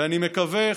ואני מקווה,